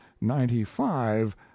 ninety-five